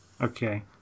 okay